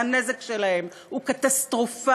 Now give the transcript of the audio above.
והנזק שלהם הוא קטסטרופלי,